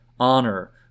Honor